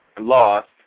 Lost